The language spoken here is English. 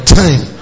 time